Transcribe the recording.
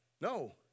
No